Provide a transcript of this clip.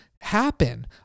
happen